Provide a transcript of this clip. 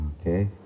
Okay